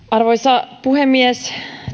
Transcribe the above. arvoisa puhemies